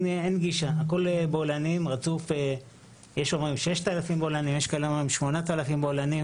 הכול מלא בבולענים יש אומרים 6,000 בולענים ויש שאומרים 8,000 בולענים